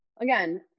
again